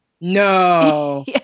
No